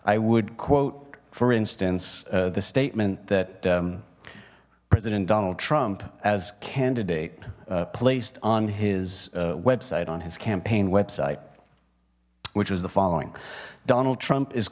i would quote for instance the statement that president donald trump as candidate placed on his website on his campaign website which was the following donald trump is